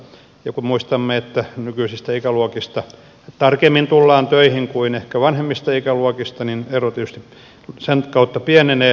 ja kun muistamme että nykyisistä ikäluokista tarkemmin tullaan töihin kuin ehkä vanhemmista ikäluokista niin ero tietysti sen kautta pienenee